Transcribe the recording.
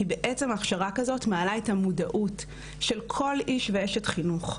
כי בעצם הכשרה כזאת מעלה את המודעות של כל איש ואשת חינוך.